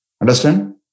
Understand